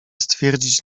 stwierdzić